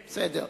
כן.